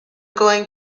going